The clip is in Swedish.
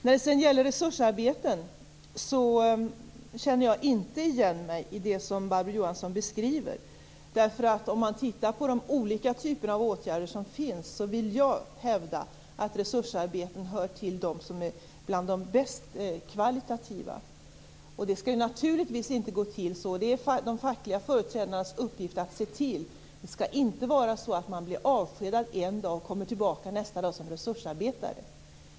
När det sedan gäller resursarbeten känner jag inte igen det som Barbro Johansson beskriver. Om man tittar på de olika typer av åtgärder som finns, vill jag hävda att resursarbetena hör till dem som är de bästa kvalitativt. Det är de fackliga företrädarnas uppgift att se till att man inte skall kunna bli avskedad en dag och nästa dag komma tillbaka som resursarbetare.